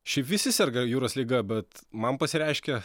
šiaip visi serga jūros liga bet man pasireiškia